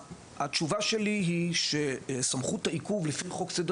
התשובה שלי היא שסמכות העיכוב לפי חוק סדר